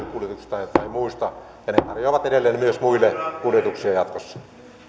tai koulukuljetuksista tai muista ja ne tarjoavat edelleen myös muille kuljetuksia jatkossa